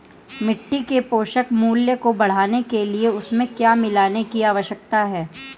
मिट्टी के पोषक मूल्य को बढ़ाने के लिए उसमें क्या मिलाने की आवश्यकता है?